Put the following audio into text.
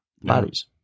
bodies